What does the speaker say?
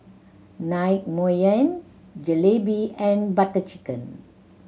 Naengmyeon Jalebi and Butter Chicken